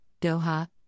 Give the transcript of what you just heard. Doha